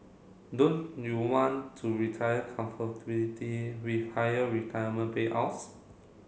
don't you want to retire with higher retirement payouts